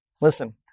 Listen